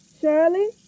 Shirley